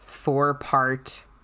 four-part